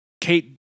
Kate